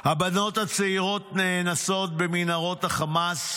הבנות הצעירות נאנסות במנהרות החמאס